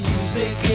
Music